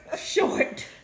Short